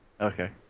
okay